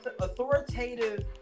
authoritative